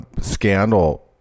scandal